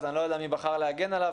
אז אני לא יודע מי בחר להגן עליו,